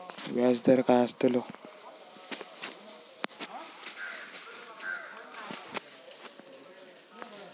व्याज दर काय आस्तलो?